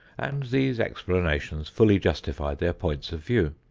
and these explanations fully justify their points of view.